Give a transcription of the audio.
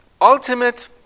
ultimate